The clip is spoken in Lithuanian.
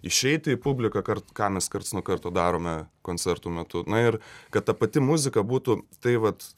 išeiti į publiką kar ką mes karts nuo karto darome koncertų metu na ir kad ta pati muzika būtų tai vat